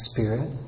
Spirit